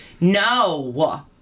No